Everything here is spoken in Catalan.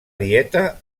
dieta